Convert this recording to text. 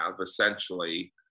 essentially